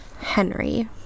Henry